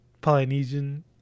Polynesian